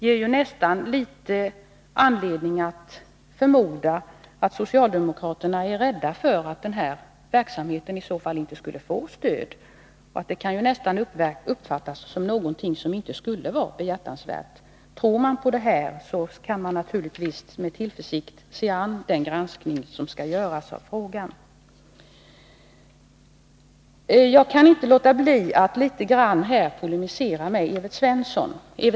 Det ger nästan anledning att förmoda att socialdemokraterna är rädda för att verksamheten i så fall inte skulle få något stöd. Det kan nästan uppfattas som om det gällde någonting som inte skulle vara behjärtansvärt. Tror man på verksamheten, kan man naturligtvis med tillförsikt se an den granskning av frågan som skall göras. Jag kan inte låta bli att något polemisera mot Evert Svensson.